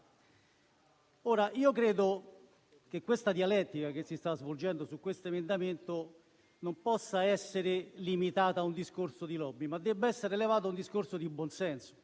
credo che la dialettica che si sta svolgendo su questo emendamento non possa essere limitata a un discorso di lobby, ma debba essere elevata a un discorso di buonsenso.